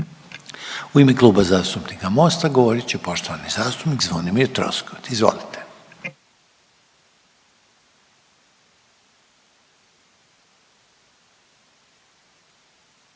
u ime Kluba zastupnika HDZ-a govoriti poštovani zastupnik Josip Đakić, izvolite.